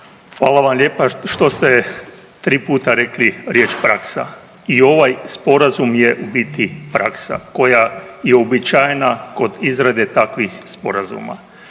Hvala vam lijepa što ste tri puta rekli riječ praksa. I ovaj Sporazum je u biti praksa koja je uobičajena kod izrade takvih sporazuma.